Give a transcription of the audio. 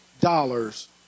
dollars